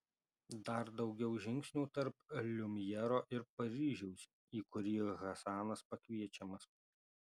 dar daugiau žingsnių tarp liumjero ir paryžiaus į kurį hasanas pakviečiamas